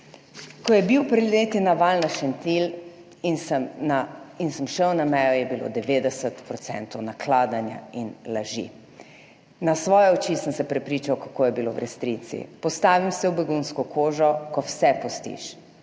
Ko je bil pred leti na val na Šentilj in sem na in sem šel na mejo, je bilo 90 % nakladanja in laži na svoje oči, sem se prepričal, kako je bilo v resnici. Postavim se v begunsko kožo, ko vse pustiš,